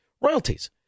Royalties